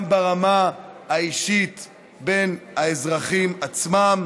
גם ברמה האישית בין האזרחים עצמם